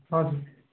हजुर